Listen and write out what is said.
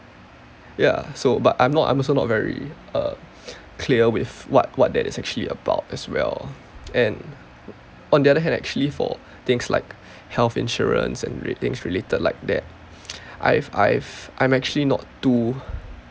ya so but I'm not I'm also not very uh clear with what what that is actually about as well and on the other hand actually for things like health insurance and things related like that I've I've I'm actually not too